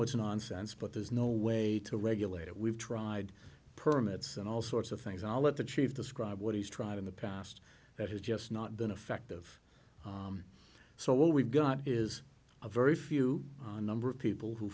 it's nonsense but there's no way to regulate it we've tried permits and all sorts of things i'll let the chief describe what he's tried in the past that has just not been effective so what we've got is a very few number of people who